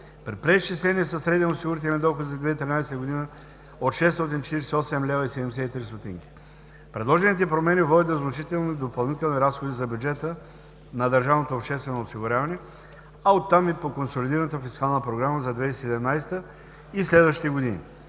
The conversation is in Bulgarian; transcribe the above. при преизчисление със среден осигурителен доход за 2013 г. от 648,73 лв. Предложените промени водят до значителни допълнителни разходи за бюджета на държавното обществено осигуряване, а от там и по консолидираната фискална програма за 2017 г. и следващите години.